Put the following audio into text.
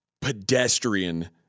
pedestrian